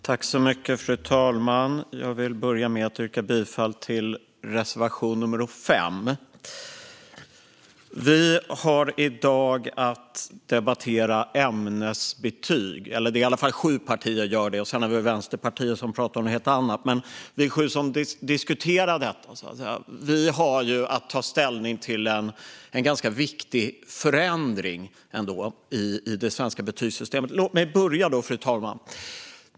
Fru talman! Jag vill börja med att yrka bifall till reservation nummer 5. Vi har i dag att debattera ämnesbetyg. Sju partier gör det i alla fall; sedan har vi Vänsterpartiet som pratar om något helt annat. Men vi är sju som diskuterar detta, som handlar om att ta ställning till en ganska viktig förändring i det svenska betygssystemet. Fru talman!